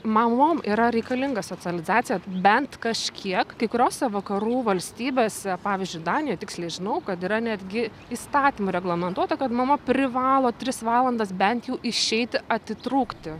mamom yra reikalinga socializacija bent kažkiek kai kuriose vakarų valstybėse pavyzdžiui danijoj tiksliai žinau kad yra netgi įstatymu reglamentuota kad mama privalo tris valandas bent jau išeiti atitrūkti